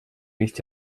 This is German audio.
nicht